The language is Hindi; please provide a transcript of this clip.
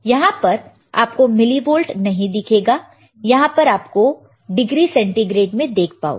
यहां पर आपको मिलीवोल्ट नहीं दिखेगा यहां पर आप डिग्री सेंटीग्रेड में देख पाओगे